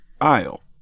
aisle